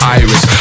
iris